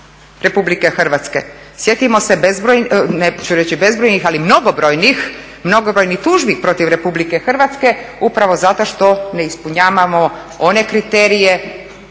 RH. Sjetimo se bezbrojnih, neću reći bezbrojnih ali mnogobrojnih tužbi protiv RH upravo zato što ne ispunjavamo one kriterije